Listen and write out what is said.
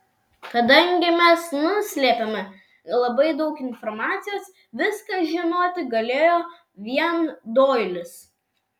kadangi mes nuslėpėme labai daug informacijos viską žinoti galėjo vien doilis